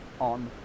on